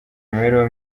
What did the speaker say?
imibereho